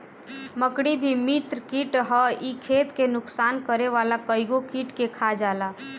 मकड़ी भी मित्र कीट हअ इ खेत के नुकसान करे वाला कइगो कीट के खा जाला